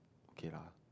okay lah